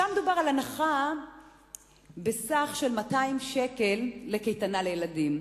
שם דובר על הנחה בסך של 200 שקל לקייטנה לילדים.